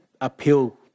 appeal